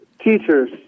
teachers